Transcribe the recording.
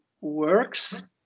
works